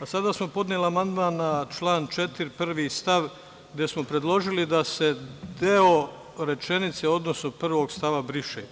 a sada smo podneli amandman na član 4. stav 1. gde smo predložili da se deo rečenice, odnosno 1. stava briše.